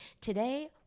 Today